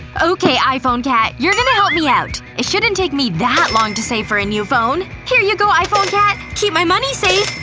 okay, iphone cat. you're gonna help me out it shouldn't take me that long to save for a new phone here you go, iphone cat! keep my money safe!